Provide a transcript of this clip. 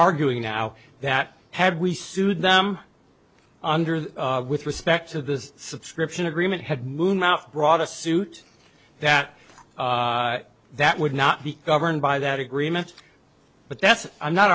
arguing now that had we sued them under the with respect to the subscription agreement had moon mouth brought a suit that that would not be governed by that agreement but that's i'm not